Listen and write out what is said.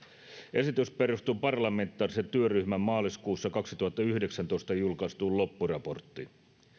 esitys perustuu parlamentaarisen työryhmän maaliskuussa kaksituhattayhdeksäntoista julkaistuun loppuraporttiin